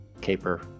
caper